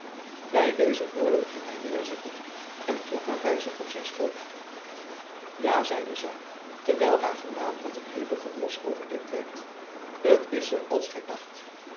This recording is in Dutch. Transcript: by deze woorden ging hy weêr zitten en trok haar by zich op zijn schoot ja zeide zy terwijl haar gelaat met een hevigen blos overdekt werd t is zoo als gy dacht